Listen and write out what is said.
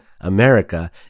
America